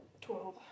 Twelve